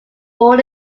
born